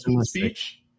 speech